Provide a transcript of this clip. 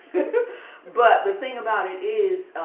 but the thing about it is,